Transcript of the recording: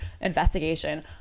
investigation